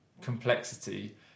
complexity